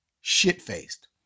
shit-faced